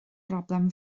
broblem